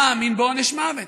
מאמין בעונש מוות.